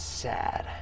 sad